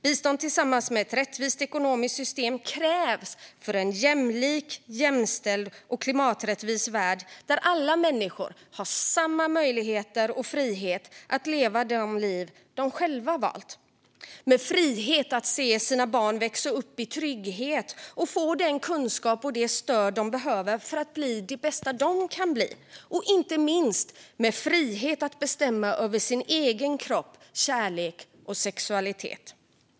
Bistånd tillsammans med ett rättvist ekonomiskt system krävs för en jämlik, jämställd och klimaträttvis värld, där alla människor har samma möjligheter och frihet att leva det liv de själva valt med frihet att se sina barn växa upp i trygghet och få den kunskap och det stöd de behöver för att bli det bästa de kan bli, inte minst med frihet att bestämma över sin egen kropp, kärlek och sexualitet.